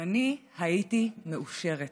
ואני הייתי מאושרת.